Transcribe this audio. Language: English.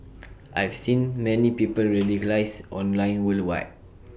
I've seen many people radicalised online worldwide